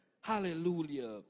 Hallelujah